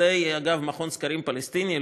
על-ידי מכון סקרים פלסטיני,